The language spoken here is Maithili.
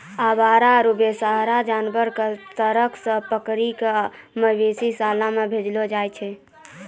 आवारा आरो बेसहारा जानवर कॅ सड़क सॅ पकड़ी कॅ मवेशी शाला मॅ भेजलो जाय छै